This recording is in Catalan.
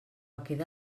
queda